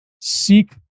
Seek